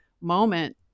moment